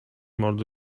mordu